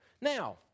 Now